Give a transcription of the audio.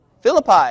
Philippi